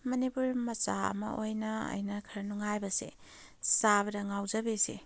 ꯃꯅꯤꯄꯨꯔ ꯃꯆꯥ ꯑꯃ ꯑꯣꯏꯅ ꯑꯩꯅ ꯈꯔ ꯅꯨꯡꯉꯥꯏꯕꯁꯦ ꯆꯥꯕꯗ ꯉꯥꯎꯖꯕꯤꯁꯦ